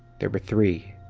there were three.